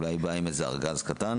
אולי היא באה עם איזה ארגז קטן,